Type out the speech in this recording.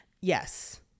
Yes